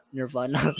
Nirvana